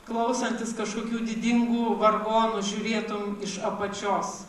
klausantis kažkokių didingų vargonų žiūrėtum iš apačios